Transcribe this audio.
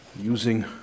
using